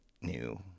new